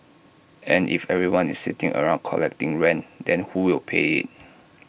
and if everyone is sitting around collecting rent then who will pay IT